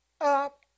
up